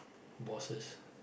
bosses